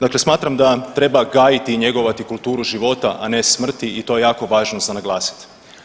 Dakle, smatram da treba gajiti i njegovati kulturu života, a ne smrti i to je jako važno za naglasiti.